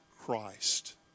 Christ